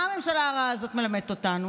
מה הממשלה הרעה הזאת מלמדת אותנו?